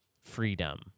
freedom